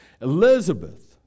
Elizabeth